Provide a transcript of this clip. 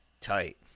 tight